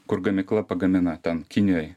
kur gamykla pagamina ten kinijoj